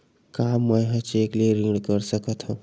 का मैं ह चेक ले ऋण कर सकथव?